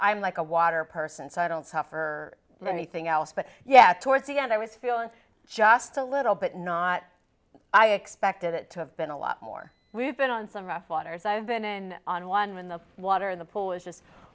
am like a water person so i don't suffer from anything else but yeah towards the end i was feeling just a little bit not i expected it to have been a lot more we've been on some rough waters i've been on one when the water in the pool is just